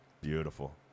Beautiful